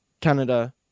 Canada